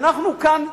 אנחנו כאן,